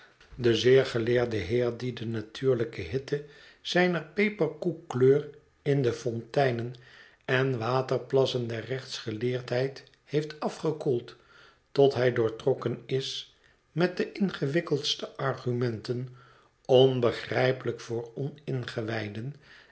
de zeergeleerde heer die de natuurlijke hitte zijner peperkoekkleur in de fonteinen en waterplassen der rechtsgeleerdheid heeft afgekoeld tot hij doortrokken i s met de ingewikkeldste argumenten onbegrijpelijk voor oningewijden